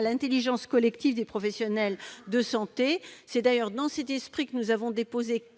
l'intelligence collective des professionnels de santé. C'est dans cet esprit que nous avons déposé